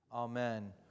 Amen